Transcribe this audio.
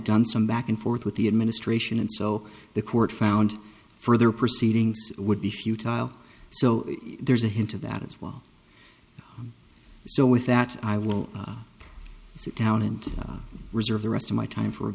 done some back and forth with the administration and so the court found further proceedings would be futile so there's a hint of that as well so with that i will sit down and reserve the rest of my time for a